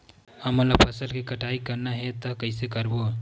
हमन ला फसल के कटाई करना हे त कइसे करबो?